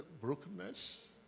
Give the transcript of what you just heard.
Brokenness